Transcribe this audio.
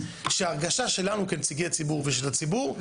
שההרגשה שלנו כנציגי ציבור ושל הציבור,